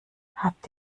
habt